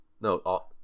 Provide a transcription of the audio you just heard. no